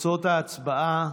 תוצאות ההצבעה: